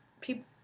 people